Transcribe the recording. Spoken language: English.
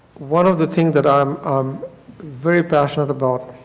one of the things that i'm um very passionate about